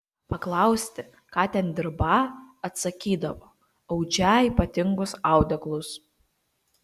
paklausti ką ten dirbą atsakydavo audžią ypatingus audeklus